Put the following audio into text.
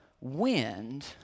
wind